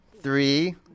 Three